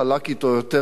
אנחנו או את,